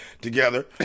together